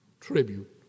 tribute